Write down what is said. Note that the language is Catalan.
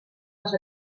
als